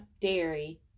dairy